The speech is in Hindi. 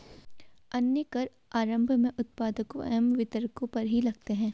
अन्य कर आरम्भ में उत्पादकों एवं वितरकों पर ही लगते हैं